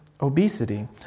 obesity